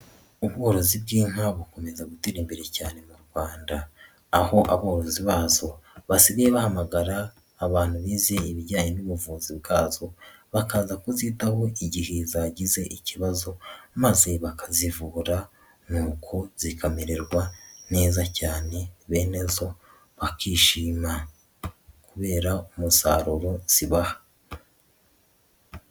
Ubworozi bw'inka bukomeza gutera imbere cyane mu Rwanda, aho aborozi bazo basigaye bahamagara abantu bizeye ibijyanye n'ubuvuzi bwazo bakaza kuzitaho igihe zagize ikibazo maze bakazivura nuko zikamererwa neza cyane bene zo bakishima kubera umusaruro zibaha.